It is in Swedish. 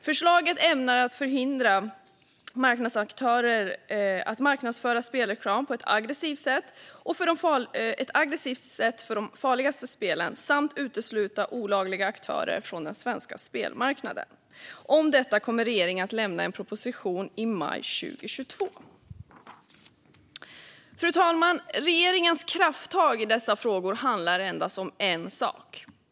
Förslaget är ämnat att förhindra marknadsaktörer att marknadsföra spelreklam på ett aggressivt sätt när det gäller de farligaste spelen samt utesluta olagliga aktörer från den svenska spelmarknaden. Om detta kommer regeringen att lämna en proposition i maj 2022. Fru talman! Regeringens krafttag i dessa frågor handlar endast om en sak.